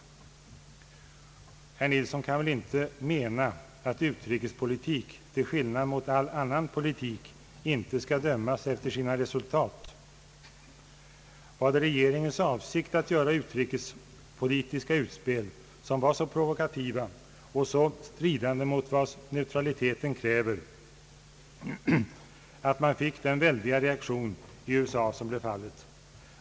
Herr Nilsson kan väl inte mena att utrikespolitik till skillnad mot all annan politik inte skall dömas efter sina resultat? Var det regeringens avsikt att göra utrikespolitiska utspel som var så provokativa och så stridande mot vad neutraliteten kräver, att man fick den väldiga reaktion som blev fallet?